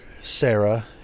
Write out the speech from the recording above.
Sarah